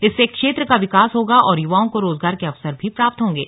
इससे क्षेत्र का विकास होगा और युवाओं को रोजगार के अवसर भी प्राप्त होंगे